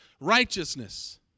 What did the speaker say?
righteousness